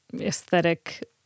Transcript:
aesthetic